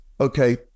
okay